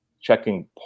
checking